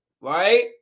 Right